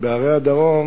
בערי הדרום,